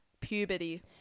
puberty